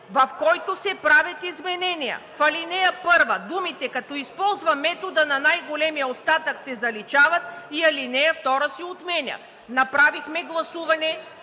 в който се правят изменения: в ал. 1 думите „като използва метода на най-големия остатък“ се заличават и ал. 2 се отменя. Направихме гласуване,